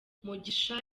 mugisha